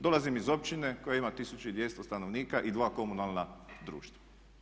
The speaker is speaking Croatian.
Dolazim iz općine koja ima 1200 stanovnika i dva komunalna društva.